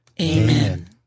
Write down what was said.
Amen